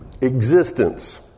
existence